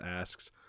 asks